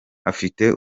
afite